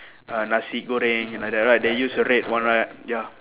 ah nasi goreng like that right they use the red one right ya